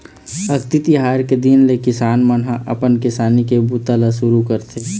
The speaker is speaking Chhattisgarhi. अक्ती तिहार के दिन ले किसान मन ह अपन किसानी के बूता ल सुरू करथे